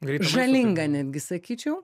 žalinga netgi sakyčiau